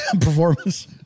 performance